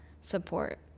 support